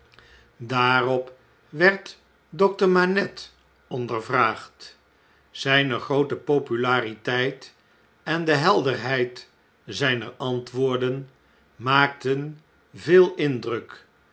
daarop werd dokter manette ondervraagd zgne groote populariteit en de helderheid zjjner antwoorden maakten veel indruk